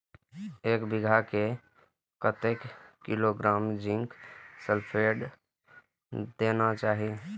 एक बिघा में कतेक किलोग्राम जिंक सल्फेट देना चाही?